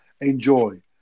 enjoy